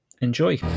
enjoy